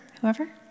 whoever